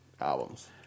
albums